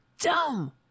dumb